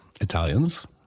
Italians